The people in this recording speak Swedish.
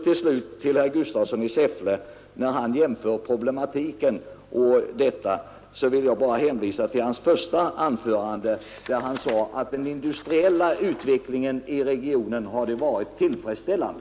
Slutligen gjorde herr Gustafsson i Säffle vissa jämförelser beträffande problematiken. Jag vill då bara hänvisa till herr Gustafssons första anförande, där han sade att den industriella utvecklingen i regionen hade varit tillfredsställande.